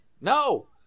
No